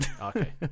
Okay